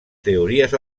teories